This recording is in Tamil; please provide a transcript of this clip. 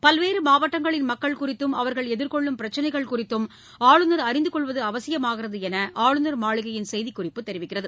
பல்வேறு மாவட்டங்களின் மக்கள் குறித்தும் அவர்கள் எதிர்கொள்ளும் பிரச்சினைகள் குறித்தும் ஆளுநர் அறிந்து கொள்வது அவசியமாகிறது என்று அஆளுநர் மாளிகையின் செய்திக் குறிப்பு தெரிவிக்கிறது